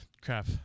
Crap